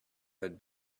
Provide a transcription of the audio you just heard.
had